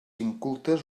incultes